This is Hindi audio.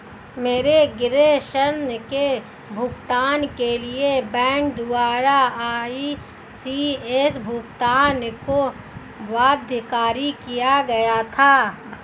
मेरे गृह ऋण के भुगतान के लिए बैंक द्वारा इ.सी.एस भुगतान को बाध्यकारी किया गया था